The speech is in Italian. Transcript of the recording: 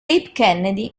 kennedy